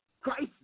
Christ